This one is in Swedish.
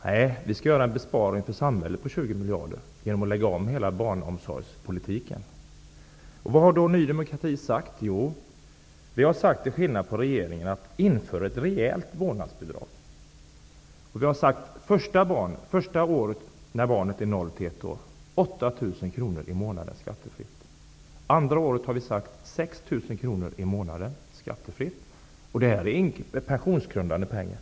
Nej, vi skall göra en besparing för samhället på 20 miljarder genom att lägga om hela barnomsorgspolitiken. Vad har då Ny demokrati sagt? Jo, vi har till skillnad från regeringen sagt att man bör införa ett rejält vårdnadsbidrag. Vi har sagt att bidraget under första året, då barnet är 0--1 år, skall vara 8 000 kr i månaden skattefritt. Andra året skall det vara 6 000 kr i månaden skattefritt. Det är pensionsgrundande pengar.